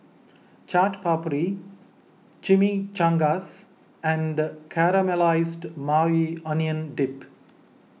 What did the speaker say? Chaat Papri Chimichangas and Caramelized Maui Onion Dip